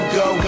go